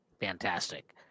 fantastic